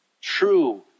true